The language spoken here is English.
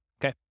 Okay